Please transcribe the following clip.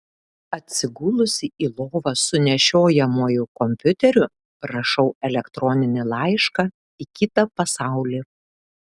atsigulusi į lovą su nešiojamuoju kompiuteriu rašau elektroninį laišką į kitą pasaulį